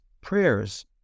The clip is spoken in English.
prayers